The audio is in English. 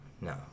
No